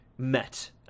met